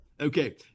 Okay